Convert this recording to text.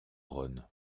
rhône